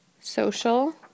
Social